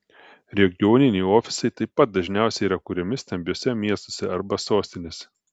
regioniniai ofisai taip pat dažniausiai yra kuriami stambiuose miestuose arba sostinėse